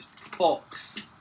Fox